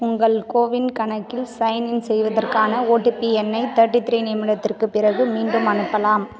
உங்கள் கோவின் கணக்கில் சைன்இன் செய்வதற்கான ஓடிபி எண்ணை தேர்ட்டி த்ரீ நிமிடத்திற்கு பிறகு மீண்டும் அனுப்பலாம்